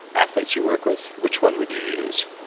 athletes you work with, which one would you use?